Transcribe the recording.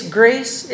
grace